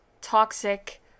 toxic